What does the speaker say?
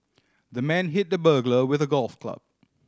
the man hit the burglar with a golf club